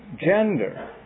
gender